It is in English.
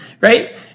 right